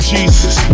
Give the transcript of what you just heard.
Jesus